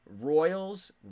Royals